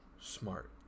smart